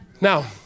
Now